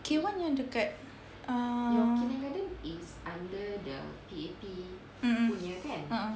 K one yang dekat err mmhmm (uh huh)